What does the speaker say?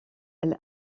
elle